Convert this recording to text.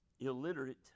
illiterate